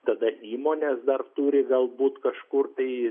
tada įmonės dar turi galbūt kažkur tai